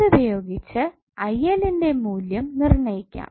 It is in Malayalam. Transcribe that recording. ഇതുപയോഗിച്ച് ന്റെ മൂല്യം നിർണയിക്കാം